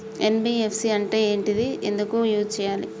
NBFC అంటే ఏంటిది ఎందుకు యూజ్ చేయాలి?